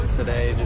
today